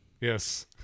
Yes